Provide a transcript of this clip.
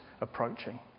approaching